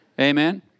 Amen